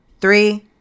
Three